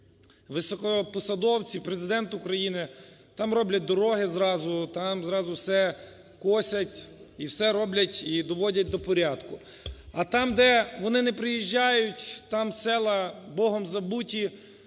високопосадовці, Президент України, там роблять дороги зразу, там зразу все косять і все роблять і доводять до порядку. А там, де вони не приїжджають, там села Богом забуті,